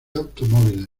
automóviles